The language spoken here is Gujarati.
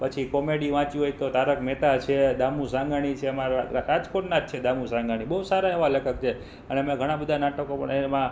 પછી કોમેડી વાંચવી હોય તો તારક મહેતા છે દામુ સાંઘાણી છે અમારા રાજકોટના જ છે દામુ સાંઘાણી બહુ સારા એવા લેખક છે અને એમનાં ઘણાં બધા નાટકો એવાં